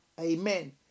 Amen